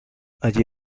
allí